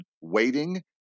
waiting